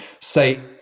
say